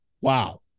Wow